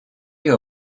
you